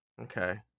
Okay